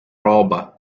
roba